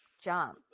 jump